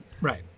right